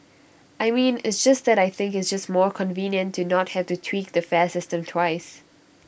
I mean it's just that I think it's just more convenient to not have to tweak the fare system twice